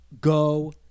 Go